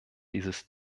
dieses